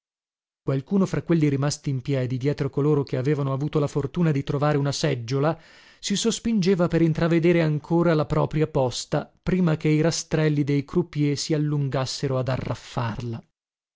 qualcuno fra quelli rimasti in piedi dietro coloro che avevano avuto la fortuna di trovare una seggiola si sospingeva per intravedere ancora la propria posta prima che i rastrelli dei croupiers si allungassero ad arraffarla